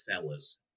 fellas